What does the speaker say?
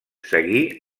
seguir